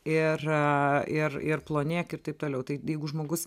ir ir ir plonėk ir taip toliau tai jeigu žmogus